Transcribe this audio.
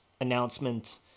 announcement